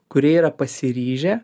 kurie yra pasiryžę